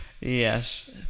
Yes